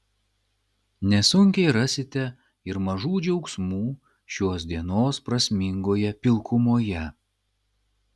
nesunkiai rasite ir mažų džiaugsmų šios dienos prasmingoje pilkumoje